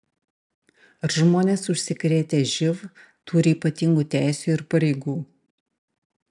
ar žmonės užsikrėtę živ turi ypatingų teisių ir pareigų